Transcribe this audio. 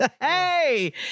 Hey